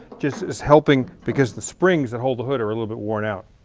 just, it's helping because the springs that hold the hood are a little bit worn out.